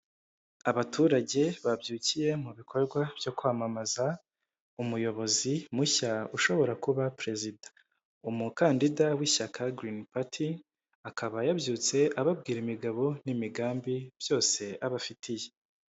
Abaturage babyukiye mu bikorwa byo kwamamaza umuyobozi mushya ushobora kuba perezida. Umukandida w'ishyaka Girini Pati, akaba yabyutse ababwira imigabo n'imigambi byose abafitiye.